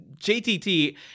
JTT